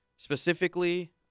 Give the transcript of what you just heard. Specifically